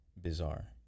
bizarre